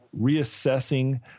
reassessing